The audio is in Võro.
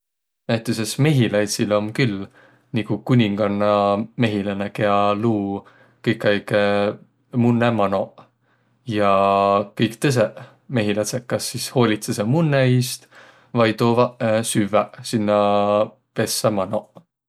Näütüses mehiläidsil om külh nigu kuningannamehiläne, kiä luu kõik aig munnõ manoq ja kõik tõsõq mehilädseq kas sis hoolitsõsõq munnõ iist vai toovaq süvväq sinnäq pessä manoq.